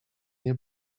nie